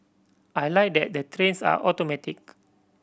I like that the trains are automatic